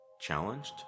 challenged